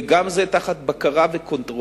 וגם זה תחת בקרה וקונטרול.